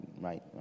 right